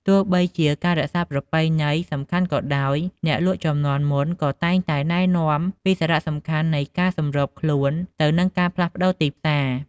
ទោះបីជាការរក្សាប្រពៃណីសំខាន់ក៏ដោយ អ្នកលក់ជំនាន់មុនក៏តែងតែណែនាំពីសារៈសំខាន់នៃការសម្របខ្លួនទៅនឹងការផ្លាស់ប្ដូរទីផ្សារ។